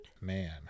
Man